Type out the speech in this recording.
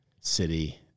city